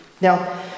Now